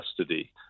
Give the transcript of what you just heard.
custody